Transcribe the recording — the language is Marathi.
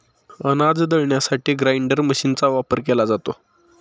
अनाज दळण्यासाठी ग्राइंडर मशीनचा वापर केला जातो